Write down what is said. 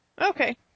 Okay